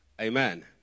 Amen